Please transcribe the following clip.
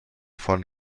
von